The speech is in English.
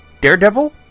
Daredevil